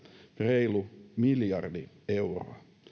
reilu miljardi euroa